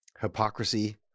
hypocrisy